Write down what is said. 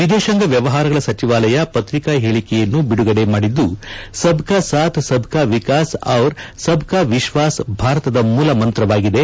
ವಿದೇಶಾಂಗ ವ್ಯವಹಾರಗಳ ಸಚಿವಾಲಯ ಪತ್ರಿಕಾ ಹೇಳಿಕೆಯನ್ನು ಬಿಡುಗಡೆ ಮಾಡಿದ್ದು ಸಬ್ ಕಾ ಸಾಥ್ ಸಬ್ ಕಾ ವಿಕಾಸ್ ಔರ್ ಸಬ್ ಕಾ ವಿಶ್ವಾಸ್ ಭಾರತದ ಮೂಲ ಮಂತ್ರವಾಗಿದೆ